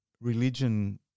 religion